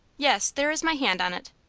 yes, there is my hand on it.